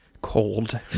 cold